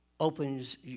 opens